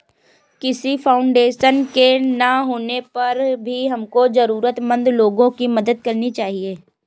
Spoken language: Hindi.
किसी फाउंडेशन के ना होने पर भी हमको जरूरतमंद लोगो की मदद करनी चाहिए